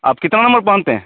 आप कितना नम्बर पहनते हैं